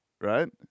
right